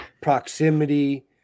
proximity